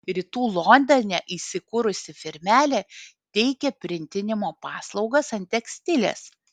rytų londone įsikūrusi firmelė teikia printinimo paslaugas ant tekstiles